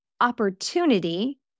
opportunity